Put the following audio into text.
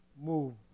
move